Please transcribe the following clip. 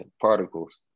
particles